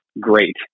great